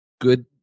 good